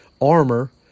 armor